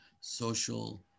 social